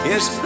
Yes